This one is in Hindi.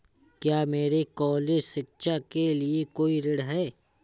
क्या मेरे कॉलेज शिक्षा के लिए कोई ऋण है?